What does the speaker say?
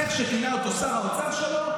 איך שכינה אותו שר האוצר שלו,